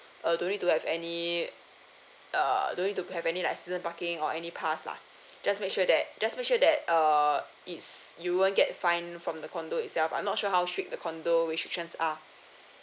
uh don't need to have any err don't need to have any like season parking or any pass lah just make sure that just make sure that err is you won't get fine from the condo itself I'm not sure how strict the condo restrictions are